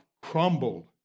crumbled